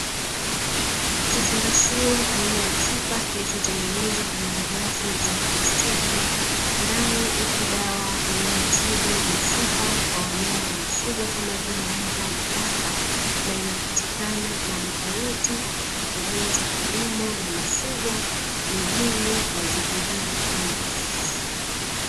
Kifungashio aina ya chupa kilichotengenezwa kwa malighafi za plastiki, ndani ipo dawa inayotibu mifupa kwa wanyama wanaofugwa kama vile mbwa na paka na inapatikana maduka yote ya pembejeo za kilimo na mifugo mijini na vijijini pia.